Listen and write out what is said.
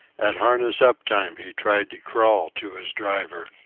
at harness-up time he tried to crawl to his driver.